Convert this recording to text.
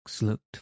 looked